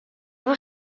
efo